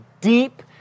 deep